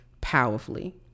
powerfully